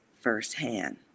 firsthand